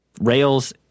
Rails